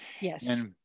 Yes